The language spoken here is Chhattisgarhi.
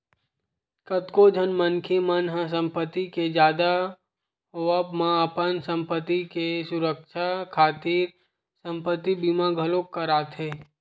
कतको झन मनखे मन ह संपत्ति के जादा होवब म अपन संपत्ति के सुरक्छा खातिर संपत्ति बीमा घलोक कराथे